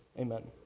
Amen